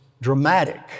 dramatic